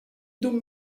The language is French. donc